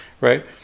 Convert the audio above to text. right